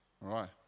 right